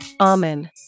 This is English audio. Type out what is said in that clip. Amen